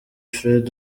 fred